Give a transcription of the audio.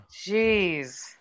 jeez